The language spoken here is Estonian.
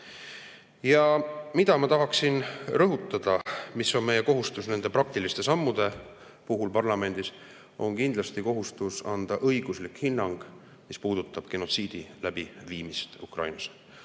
Ja mida ma tahaksin rõhutada, mis on meie kohustus nende praktiliste sammude puhul parlamendis. Meil on kindlasti kohustus anda õiguslik hinnang, mis puudutab genotsiidi läbiviimist Ukrainas.